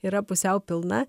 yra pusiau pilna